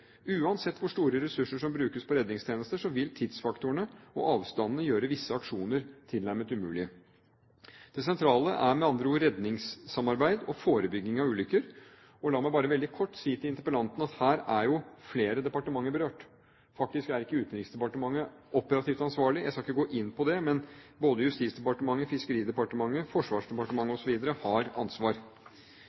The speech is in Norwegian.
Uansett hvor store ressurser som brukes på redningstjenester, vil tidsfaktorene og avstandene gjøre visse aksjoner tilnærmet umulige. Det sentrale er med andre ord redningssamarbeid og forebygging av ulykker. La meg bare veldig kort si til interpellanten at her er jo flere departementer berørt. Faktisk er ikke Utenriksdepartementet operativt ansvarlig. Jeg skal ikke gå inn på det, men både Justisdepartementet, Fiskeridepartementet, Forsvarsdepartementet osv. har ansvar.